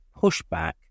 pushback